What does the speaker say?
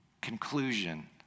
conclusion